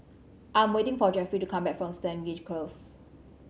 I'm waiting for Jeffie to come back from Stangee Close